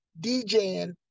DJing